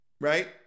right